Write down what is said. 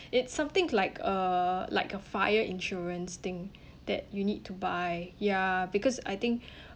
it's something like uh like a fire insurance thing that you need to buy ya because I think